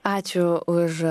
ačiū už